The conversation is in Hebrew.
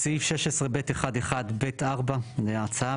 בסעיף 16(ב1)(1)(ב)(4) להצעה,